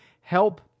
help